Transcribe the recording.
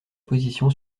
position